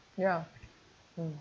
ya mm